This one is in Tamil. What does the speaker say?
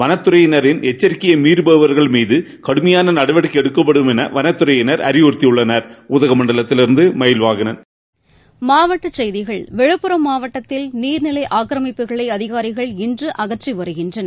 வனத்தறையினரின் எக்சரிக்கைய மீறபவர்கள் மீது கடுமையான நடவடிக்கை எடுக்கப்படும் என வனத்துறையினர் அறிவறுத்தியுள்ளனர் மாவட்டச் செய்திகள் விழுப்புரம் மாவட்டத்தில் நீர்நிலை ஆக்கிரமிப்புகளை அதிகாரிகள் இன்று அகற்றி வருகின்றனர்